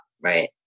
right